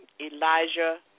Elijah